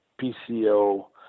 PCO